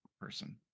person